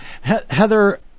Heather